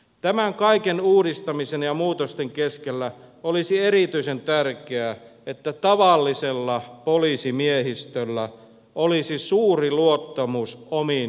tämän kaiken uudistamisen ja muutosten keskellä olisi erityisen tärkeää että tavallisella poliisimiehistöllä olisi suuri luottamus omiin johtajiinsa